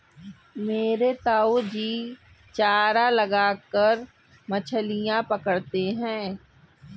मेरे ताऊजी चारा लगाकर मछलियां पकड़ते हैं